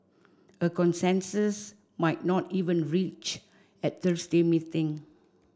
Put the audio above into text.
a consensus might not even reached at Thursday meeting